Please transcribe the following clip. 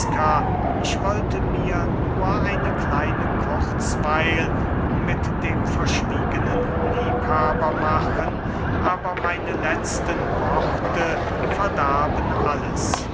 ich wollte mir nur eine kleine kurzweil mit dem verschwiegenen liebhaber machen aber meine letzten worte verdarben alles